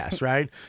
right